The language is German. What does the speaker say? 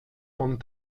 von